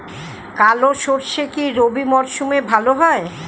কালো সরষে কি রবি মরশুমে ভালো হয়?